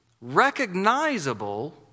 recognizable